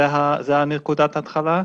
זו נקודת ההתחלה?